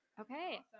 Okay